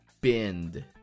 bend